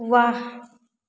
वाह